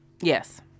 yes